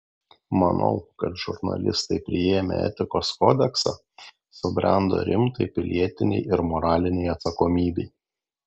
manau kad žurnalistai priėmę etikos kodeksą subrendo rimtai pilietinei ir moralinei atsakomybei